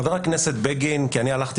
חבר הכנסת בגין אמר בדיונים - אני הלכתי